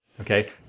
Okay